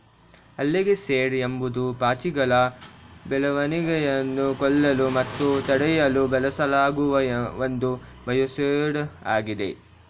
algaecide ಎಂಬುದು ಪಾಚಿಗಳ ಬೆಳವಣಿಗೆಯನ್ನು ಕೊಲ್ಲಲು ಮತ್ತು ತಡೆಯಲು ಬಳಸಲಾಗುವ ಒಂದು ಬಯೋಸೈಡ್ ಆಗಿದೆ